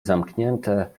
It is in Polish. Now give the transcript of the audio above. zamknięte